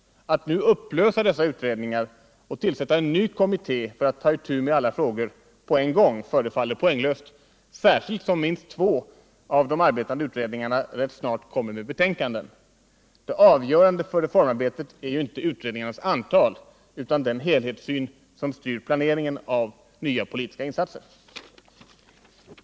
Att nu upplösa dessa utredningar och tillsätta en ny kommitté för att ta itu med alla frågor på en gång förefaller poänglöst, särskilt som minst två av de arbetande utredningarna rätt snart kommer med betänkanden. Det avgörande för reformarbetet är ju inte utredningarnas antal utan den helhetssyn som styr planeringen av nya politiska insatser.